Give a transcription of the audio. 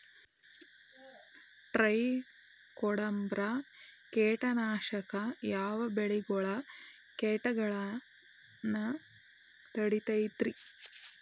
Trichoderma ಕೇಟನಾಶಕ ಯಾವ ಬೆಳಿಗೊಳ ಕೇಟಗೊಳ್ನ ತಡಿತೇತಿರಿ?